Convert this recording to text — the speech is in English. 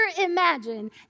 imagine